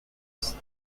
است